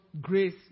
grace